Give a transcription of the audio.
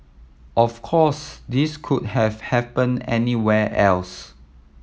of course this could have happened anywhere else